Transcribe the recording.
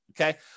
Okay